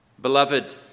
Beloved